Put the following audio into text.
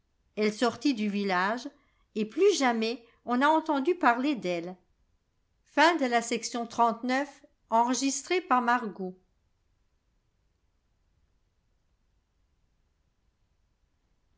elle sortit du village et plus jamais on n'a entendu parler d'elle